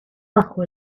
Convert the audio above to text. bajo